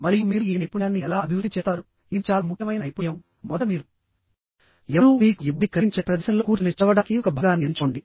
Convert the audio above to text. మరియు మీరు ఈ నైపుణ్యాన్ని ఎలా అభివృద్ధి చేస్తారు ఇది చాలా ముఖ్యమైన నైపుణ్యంమొదట మీరు ఎవరూ మీకు ఇబ్బంది కలిగించని ప్రదేశంలో కూర్చుని చదవడానికి ఒక భాగాన్ని ఎంచుకోండి